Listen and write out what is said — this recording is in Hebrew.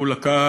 הוא לקה